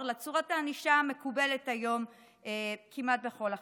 לצורת הענישה המקובלת היום כמעט בכל החברות.